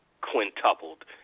quintupled